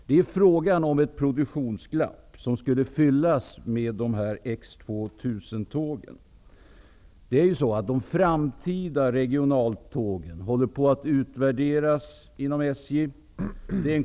Det är fråga om ett produktionsglapp som skulle fyllas med X 2000 Frågan om de framtida regionaltågen håller på att utvärderas inom SJ.